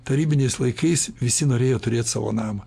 tarybiniais laikais visi norėjo turėt savo namą